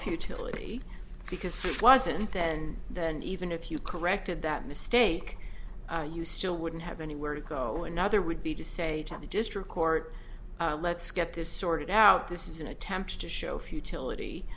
futility because it wasn't then and even if you corrected that mistake you still wouldn't have anywhere to go another would be to say to the district court let's get this sorted out this is an attempt to show futility